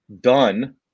Done